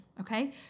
okay